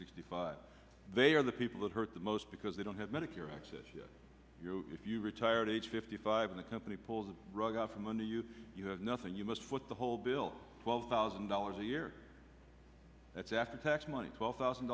sixty five they are the people that hurt the most because they don't have medicare access yet if you retire at age fifty five the company pulls the rug out from under you you have nothing you must foot the whole bill twelve thousand dollars a year that's after tax money twelve thousand